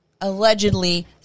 allegedly